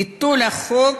ביטול החוק